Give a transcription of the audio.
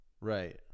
Right